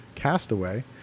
Castaway